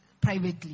privately